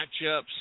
matchups